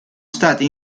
state